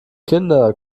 kinder